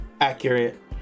accurate